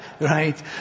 Right